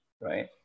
right